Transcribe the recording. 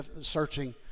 searching